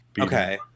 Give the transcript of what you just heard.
Okay